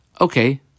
Okay